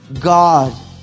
God